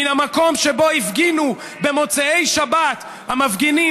מן המקום שבו הפגינו במוצאי שבת המפגינים,